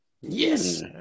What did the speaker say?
Yes